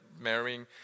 marrying